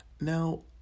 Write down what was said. Now